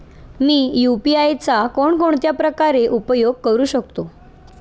मी UPI चा कोणकोणत्या प्रकारे उपयोग करू शकतो?